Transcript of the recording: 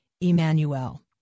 Emmanuel